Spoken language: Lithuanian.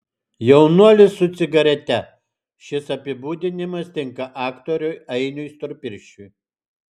jaunuolis su cigarete šis apibūdinimas tinka aktoriui ainiui storpirščiui